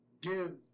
give